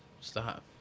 stop